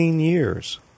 years